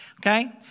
Okay